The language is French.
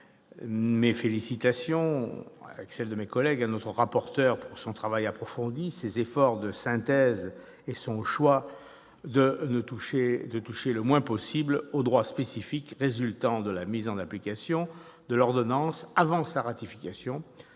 mes félicitations à notre rapporteur pour son travail approfondi, ses efforts de synthèse et son choix de toucher le moins possible au droit spécifique résultant de la mise en application de l'ordonnance avant sa ratification,